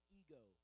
ego